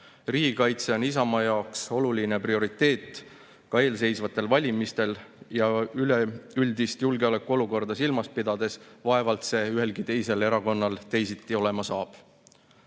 Riigikaitse on Isamaa jaoks oluline prioriteet ka eelseisvatel valimistel ja üleüldist julgeolekuolukorda silmas pidades vaevalt see ühelgi teisel erakonnal teisiti olema